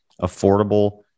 affordable